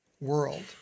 world